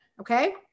Okay